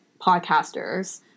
podcasters